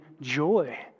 joy